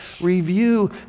review